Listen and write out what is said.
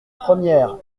première